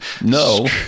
No